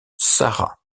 sarah